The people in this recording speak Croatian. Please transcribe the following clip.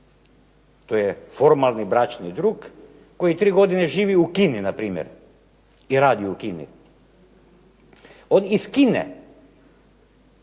To je formalni bračni drug koji 3 godine živi u Kini npr. i radi u Kini. On iz Kine